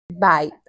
Bye